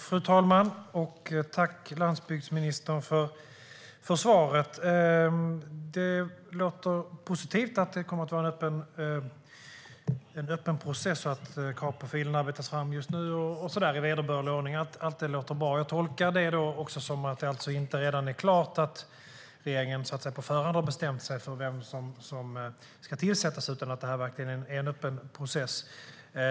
Fru talman! Tack, landsbygdsministern, för svaret! Det låter positivt att det kommer att vara en öppen process och att kravprofilen arbetas fram i vederbörlig ordning. Allt detta låter bra. Jag tolkar det som att utnämningen inte redan är klar, det vill säga att regeringen inte på förhand har bestämt sig för vem som ska tillsättas utan att det verkligen är fråga om en öppen process.